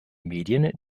medien